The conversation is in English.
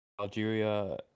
Algeria